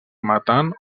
matant